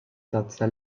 tazza